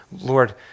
Lord